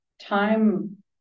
time